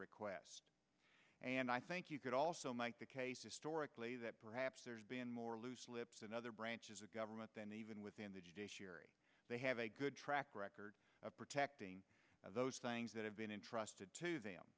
requests and i think you could also make the case historically that perhaps there's been more loose lips in other branches government then even within the judiciary they have a good track record of protecting those things that have been entrusted to them